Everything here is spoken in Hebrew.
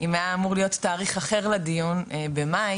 אם היה אמור להיות תאריך אחר לדיון במאי,